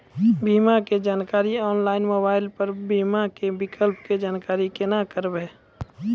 बीमा के जानकारी ऑनलाइन मोबाइल पर बीमा के विकल्प के जानकारी केना करभै?